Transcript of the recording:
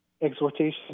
exhortation